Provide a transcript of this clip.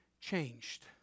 changed